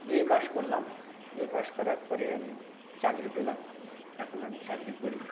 BA পাশ করলাম BA পাশ করার পরেই আমি চাকরি পেলাম এখন আমি চাকরি করি